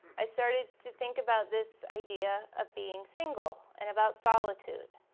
i started to think about this idea of being single, and about solitude,